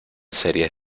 series